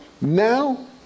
now